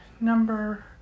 number